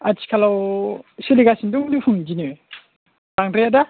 आथिखालाव सोलिगासिनो दं देखुन बिदिनो बांद्राया दा